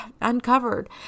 uncovered